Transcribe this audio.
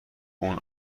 اون